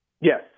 Yes